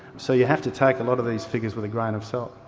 so you have to take a lot of these figures with a grain of salt.